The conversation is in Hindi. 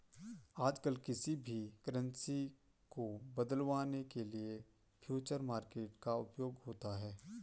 आजकल किसी भी करन्सी को बदलवाने के लिये फ्यूचर मार्केट का उपयोग होता है